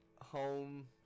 home